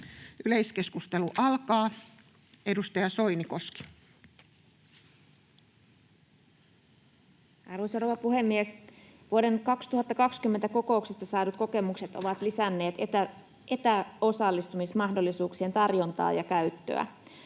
yhteisölaeista Time: 17:10 Content: Arvoisa rouva puhemies! Vuoden 2020 kokouksista saadut kokemukset ovat lisänneet etäosallistumismahdollisuuksien tarjontaa ja käyttöä.